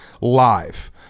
live